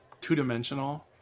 two-dimensional